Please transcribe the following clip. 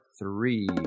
three